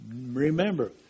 Remember